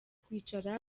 kwicara